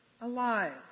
alive